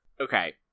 Okay